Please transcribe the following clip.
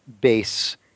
base